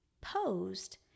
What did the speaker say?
posed